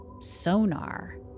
sonar